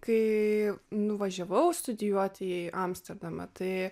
kai nuvažiavau studijuoti į amsterdamą tai